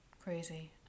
crazy